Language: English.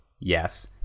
yes